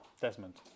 desmond